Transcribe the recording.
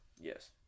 Yes